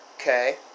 Okay